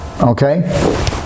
Okay